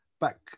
Back